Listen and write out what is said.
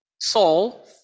Saul